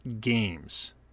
games